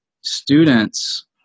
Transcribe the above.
students